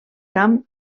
camp